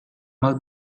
más